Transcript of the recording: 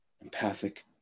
empathic